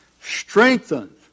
Strengthened